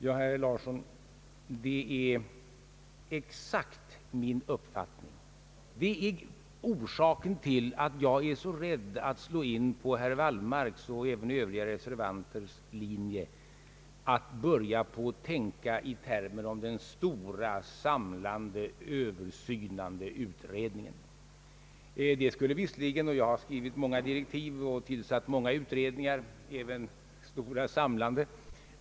Ja, herr Larsson, det är exakt min uppfattning. Det är orsaken till att jag är så rädd att slå in på herr Wallmarks och även övriga reservanters linje; att börja tänka i termer om den stora samlande översynande utredningen. Jag har skrivit många direktiv och tillsatt många utredningar, även stora, samlande sådana.